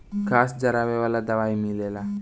घास जरावे वाला दवाई मिलेला